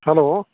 hello